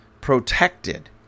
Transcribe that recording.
protected